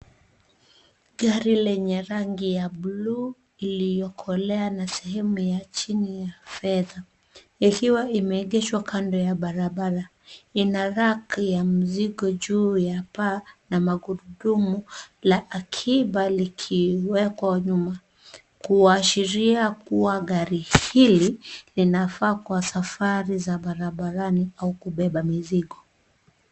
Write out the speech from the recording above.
Gari lenye rangi ya bluu iliyokolea na sehemu ya chini ya fedha ikiwa imeegeshwa kando ya barabara. Ina rack ya mzigo juu ya paa na magurudumu la akiba likiwekwa nyuma kuashiria kuwa gari hili linafaa kuwa safari za barabarani au kubeba mizigo.